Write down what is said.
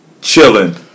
chilling